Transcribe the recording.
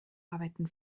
arbeiten